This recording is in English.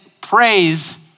praise